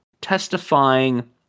testifying